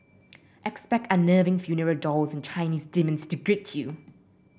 expect unnerving funeral dolls and Chinese demons to greet you